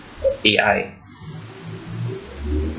A_I